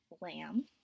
lamb